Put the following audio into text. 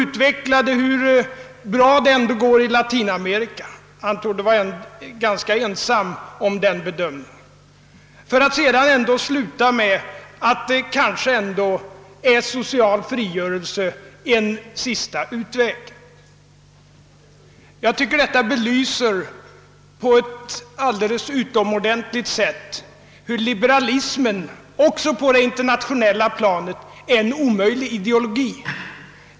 Därefter talade han om hur bra det ändå går i Latinamerika — han torde vara ganska ensam om den bedömningen — för att sedan sluta med att säga att kanske ändå social frigörelse är en sista utväg. Jag tycker att detta på ett alldeles utomordentligt sätt belyser hur liberalismen också på det internationella planet är en omöjlig ideologi.